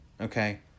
okay